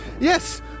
yes